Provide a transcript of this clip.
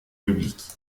publiques